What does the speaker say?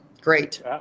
Great